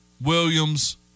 Williams